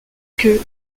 queue